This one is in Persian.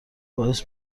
باعث